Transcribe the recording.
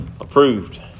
approved